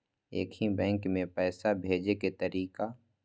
एक ही बैंक मे पैसा भेजे के तरीका?